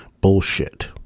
bullshit